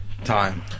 time